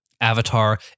Avatar